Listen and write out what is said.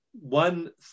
one